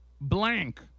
blank